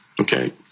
Okay